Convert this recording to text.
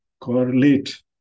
correlate